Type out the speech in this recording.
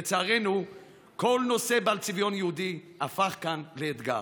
לצערנו כל נושא בעל צביון יהודי הפך כאן לאתגר.